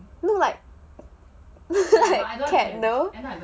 you look like